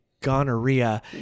gonorrhea